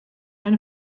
eine